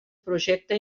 projecte